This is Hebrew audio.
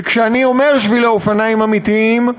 וכשאני אומר שבילי אופניים אמיתיים,